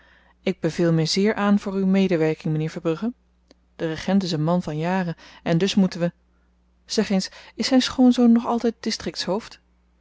ik beveel me zeer aan voor uw medewerking m'nheer verbrugge de regent is een man van jaren en dus moeten we zeg eens is zyn schoonzoon nog altyd